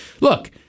look